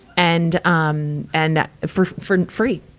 and, um, and for, for free.